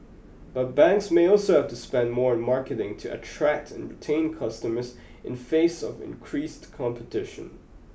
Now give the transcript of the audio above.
but banks may also have to spend more on marketing to attract and retain customers in face of increased competition